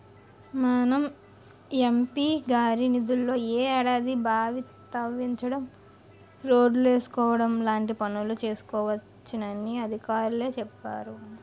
మన ఎం.పి గారి నిధుల్లో ఈ ఏడాది బావి తవ్వించడం, రోడ్లేసుకోవడం లాంటి పనులు చేసుకోవచ్చునని అధికారులే చెప్పేరు